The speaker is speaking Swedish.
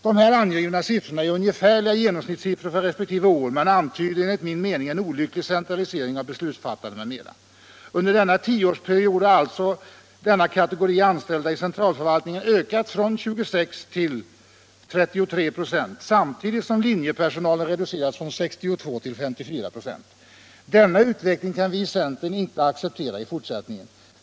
De angivna siffrorna är ungefärliga genomsnittssiffror för resp. år, men de antyder enligt min mening en olycklig centralisering av beslutsfattande 209 postverket 210 m.m. Under en tioårsperiod har denna kategori anställda i centralförvaltningen ökat från 26 till 33 26, samtidigt som linjepersonalen reducerats från 62 till 54 26. Denna utveckling kan vi i centern inte acceptera i fortsättningen.